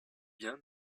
bien